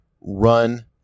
Run